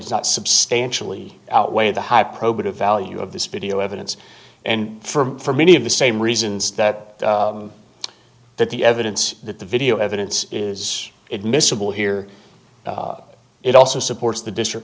does not substantially outweigh the high probative value of this video evidence and for many of the same reasons that that the evidence that the video evidence is admissible here it also supports the district